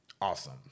awesome